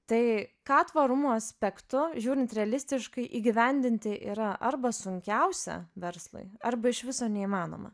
tai ką tvarumo aspektu žiūrint realistiškai įgyvendinti yra arba sunkiausia verslui arba iš viso neįmanoma